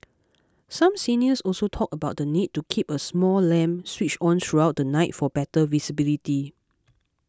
some seniors also talked about the need to keep a small lamp switched on throughout the night for better visibility